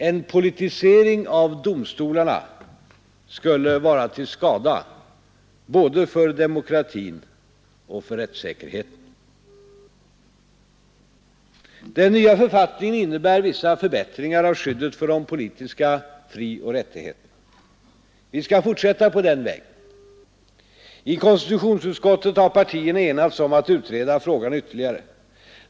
En politisering av domstolarna skulle vara till skada både för demokratin och för rättssäkerheten. Den nya författningen innebär vissa förbättringar av skyddet för de politiska frioch rättigheterna. Vi skall fortsätta på den vägen. I konstitutionsutskottet har partierna enats om att utreda frågan ytterligare.